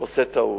עושה טעות.